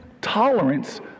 tolerance